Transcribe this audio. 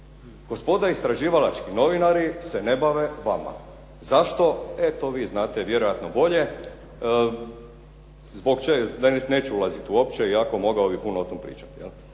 Gospoda istraživalački novinari se ne bave vama. Zašto? E to vi znate vjerojatno bolje. Zbog čeg neću ulazit uopće iako mogao bi puno o tom pričat.